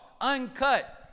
uncut